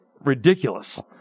ridiculous